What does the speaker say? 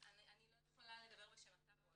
אני לא יכולה לדבר בשם הטאבו,